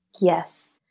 Yes